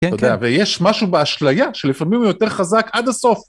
כן, כן. ויש משהו באשליה שלפעמים הוא יותר חזק, עד הסוף.